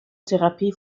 therapie